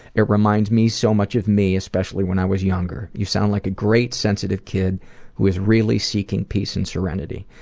it reminds me so much of me, especially when i was younger. you sound like a great, sensitive kid who is really seeking peace and serenity.